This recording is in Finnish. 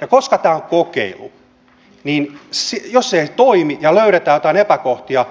ja koska tämä on kokeilu niin jos se ei toimi ja löydetään joitain epäkohtia